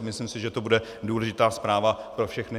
Myslím si, že to bude důležitá zpráva pro všechny.